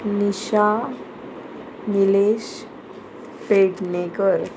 Nisha Nilesh Pednekar